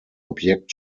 objekt